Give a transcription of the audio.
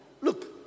Look